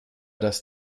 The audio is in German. dass